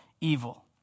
evil